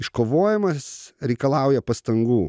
iškovojimas reikalauja pastangų